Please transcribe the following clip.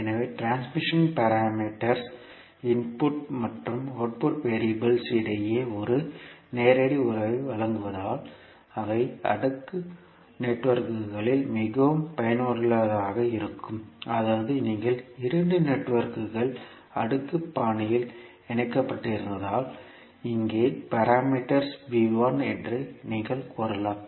எனவே transmission parameters input மற்றும் output வெறியபிள்கள் இடையே ஒரு நேரடி உறவை வழங்குவதால் அவை அடுக்கு நெட்வொர்க்குகளில் மிகவும் பயனுள்ளதாக இருக்கும் அதாவது நீங்கள் இரண்டு நெட்வொர்க்குகள் அடுக்கு பாணியில் இணைக்கப்பட்டிருந்தால் இங்கே பாராமீட்டர்ஸ் என்று நீங்கள் கூறலாம்